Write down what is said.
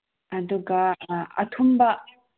ꯑꯗꯨꯒ ꯑꯥ ꯑꯊꯨꯨꯝꯕ